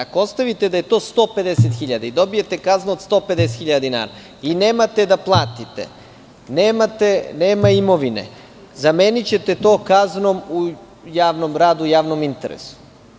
Ako ostavite da je to 150.000 i dobijete kaznu od 150.000 dinara i nemate da platite, nema imovine, zamenićete to kaznom u javnom radu, u javnom interesu.